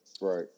right